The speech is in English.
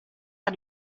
are